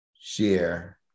share